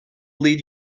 lead